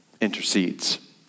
intercedes